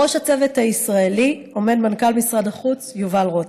בראש הצוות הישראלי עומד מנכ"ל משרד החוץ יובל רותם.